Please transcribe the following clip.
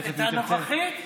תכף היא תרצה, את הנוכחית?